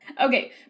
Okay